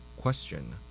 Question